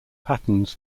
patterns